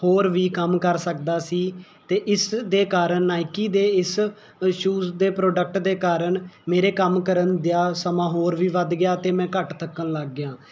ਹੋਰ ਵੀ ਕੰਮ ਕਰ ਸਕਦਾ ਸੀ ਅਤੇ ਇਸ ਦੇ ਕਾਰਨ ਨਾਇਕੀ ਦੇ ਇਸ ਸ਼ੂਜ਼ ਦੇ ਪ੍ਰੋਡਕਟ ਦੇ ਕਾਰਨ ਮੇਰੇ ਕੰਮ ਕਰਨ ਦਿਆ ਸਮਾਂ ਹੋਰ ਵੀ ਵੱਧ ਗਿਆ ਅਤੇ ਮੈਂ ਘੱਟ ਥੱਕਣ ਲੱਗ ਗਿਆ